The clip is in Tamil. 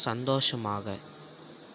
சந்தோஷமாக